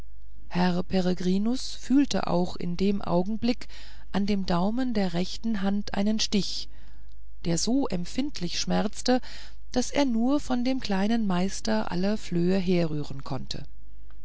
herr peregrinus fühlte auch in dem augenblick an dem daumen der rechten hand einen stich der so empfindlich schmerzte daß er nur von dem ersten meister aller flöhe herrühren konnte